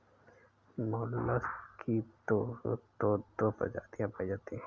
mollusc की तो दो प्रजातियां पाई जाती है